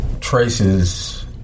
traces